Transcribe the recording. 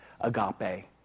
agape